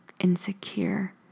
insecure